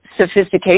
sophistication